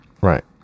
Right